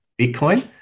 Bitcoin